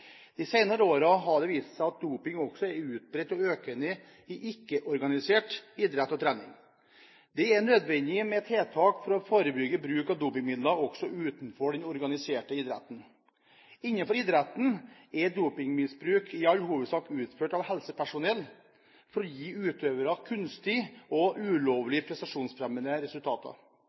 de senere årene har det vist seg at doping også er utbredt og økende i ikke-organisert idrett og trening. Det er nødvendig med tiltak for å forebygge bruk av dopingmidler også utenfor den organiserte idretten. Innenfor idretten er dopingmisbruk i all hovedsak utført av helsepersonell for å gi utøvere resultater gjennom kunstige og ulovlig prestasjonsfremmende